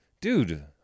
Dude